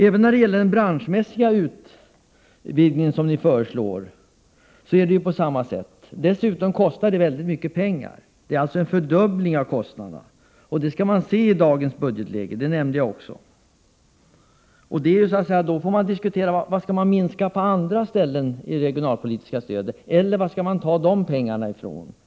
Även när det gäller den branschmässiga utvidgning som ni föreslår är det på samma sätt. Dessutom kostar den mycket pengar. Det blir alltså en fördubbling av kostnaderna, och det måste vi ta hänsyn till i dagens budgetläge. Då måste diskussionen gälla frågan: På vilket annat område kan det regionalpolitiska stödet minskas eller var skall pengarna tas?